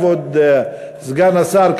כבוד סגן השר,